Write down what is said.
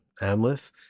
amleth